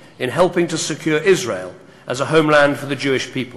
גאה בביקורך ואני חושב שהוא מבטא משהו מאוד עמוק ביחסים בין העמים,